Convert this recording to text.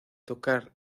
tocar